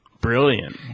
brilliant